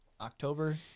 October